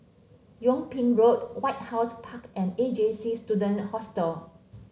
Yung Ping Road White House Park and A J C Student Hostel